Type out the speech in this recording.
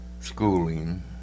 Schooling